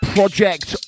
Project